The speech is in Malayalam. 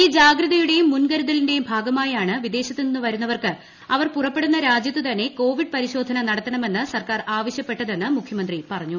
ഈ ജാഗ്രതയുടെയും മുൻക്ക് രുതലിന്റെയും ഭാഗമായാണ് വിദേശ ത്തുനിന്ന് വരുന്നവർക്ക് അവർ പുറപ്പെടുന്ന രാജൃത്തുതന്നെ കോവിഡ് പരിശോധന നടത്തണമെന്ന് സർക്കാർ ആവശ്യപ്പെട്ട തെന്ന് മുഖ്യമന്ത്രി പറഞ്ഞു